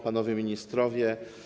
Panowie Ministrowie!